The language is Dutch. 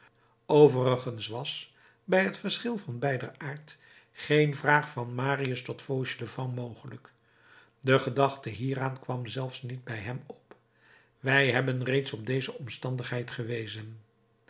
overigens was bij t verschil van beider aard geen vraag van marius tot fauchelevent mogelijk de gedachte hieraan kwam zelfs niet bij hem op wij hebben reeds op deze omstandigheid gewezen